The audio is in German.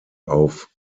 auf